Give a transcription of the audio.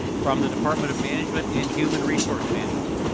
from the department of management and human resource management.